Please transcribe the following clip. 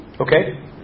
Okay